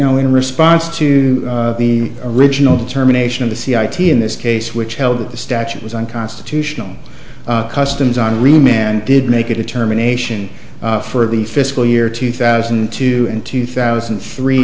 know in response to the original determination of the c i t in this case which held that the statute was unconstitutional customs henri man did make a determination for the fiscal year two thousand and two and two thousand three